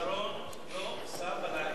שרון לא עשה ול"לים.